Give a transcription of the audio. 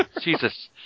Jesus